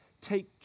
Take